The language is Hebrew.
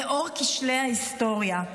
לנוכח כשלי ההיסטוריה,